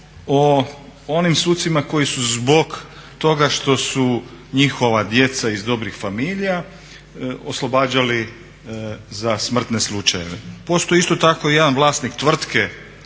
o onim sucima koji su zbog toga što su njihova djeca iz dobrih familija oslobađali za smrtne slučajeve. Postoji isto tako jedan vlasnik tvrtke,